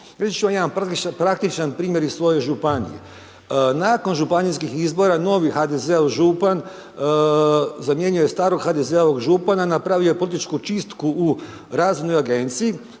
ću vam jedan prvi praktičan primjer iz svoje županije, nakon županijskih izbora, novi HDZ-ov župan zamijenio je starog HDZ-ovog župana, napravio je političku čistu u raznoj agenciji